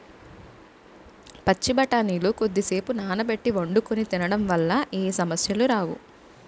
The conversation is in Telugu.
పచ్చి బఠానీలు కొద్దిసేపు నానబెట్టి వండుకొని తినడం వల్ల ఏ సమస్యలు రావు